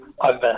over